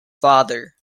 father